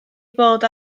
bod